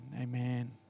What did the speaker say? amen